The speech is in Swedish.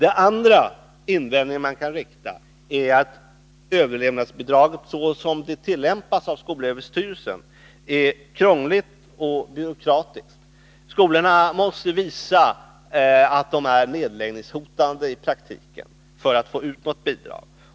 En andra invändning är att överlevnadsbidraget, så som det tillämpas av skolöverstyrelsen, är krångligt och byråkratiskt. Skolorna måste visa att de i praktiken är nedläggningshotade för att få ut något bidrag.